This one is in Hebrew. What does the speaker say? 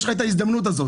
יש לך את ההזדמנות הזאת.